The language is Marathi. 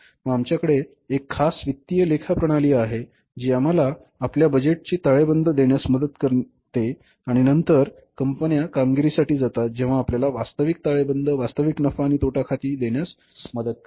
मग आमच्याकडे एक खास वित्तीय लेखा प्रणाली आहे जी आम्हाला आपल्याला बजेटची ताळेबंद देण्यास मदत करण्यास मदत करते आणि नंतर कंपन्या कामगिरीसाठी जातात तेव्हा आपल्याला वास्तविक ताळेबंद वास्तविक नफा आणि तोटा खाती देण्यास मदत करते बरोबर